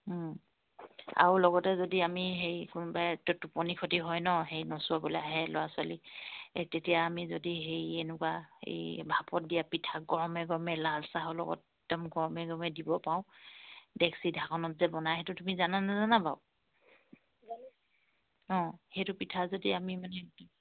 আৰু লগতে যদি আমি সেই কোনোবা টোপনি ক্ষতি হয় ন সেই নচোৱাবলৈ আহে ল'ৰা ছোৱালী এই তেতিয়া আমি যদি সেই এনেকুৱা এই ভাপত দিয়া পিঠা গৰমে গৰমে লাল চাহৰ লগত একদম গৰমে গৰমে দিব পাওঁ ডেক্সি ঢাকনত যে বনায় সেইটো তুমি জানানে নেজানা বাৰু অঁ সেইটো পিঠা যদি আমি মানে